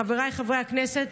חבריי חברי הכנסת,